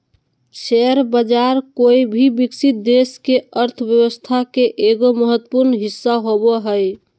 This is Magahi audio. शेयर बाज़ार कोय भी विकसित देश के अर्थ्व्यवस्था के एगो महत्वपूर्ण हिस्सा होबो हइ